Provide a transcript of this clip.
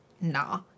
nah